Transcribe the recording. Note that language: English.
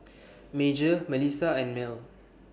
Major Melissa and Mell